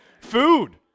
Food